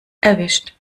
erwischt